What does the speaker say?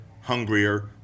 hungrier